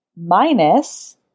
minus